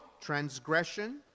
transgression